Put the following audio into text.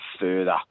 further